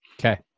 Okay